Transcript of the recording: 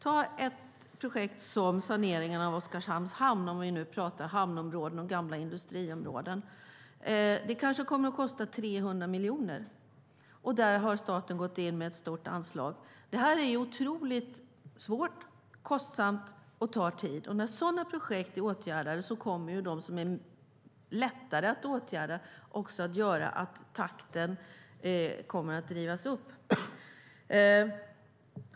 Ta ett projekt som saneringen av Oskarshamns hamn, om vi nu talar om hamnområden och gamla industriområden. Det kanske kommer att kosta 300 miljoner. Där har staten gått in med ett stort anslag. Det här är otroligt svårt, kostsamt och tidskrävande. När sådana projekt är åtgärdade kommer de som är lättare att åtgärda att göra att takten drivs upp.